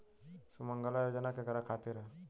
सुमँगला योजना केकरा खातिर ह?